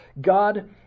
God